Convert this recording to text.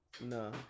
No